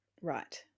Right